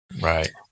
Right